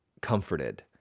comforted